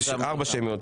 4 הצבעות שמיות.